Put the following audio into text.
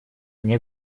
мне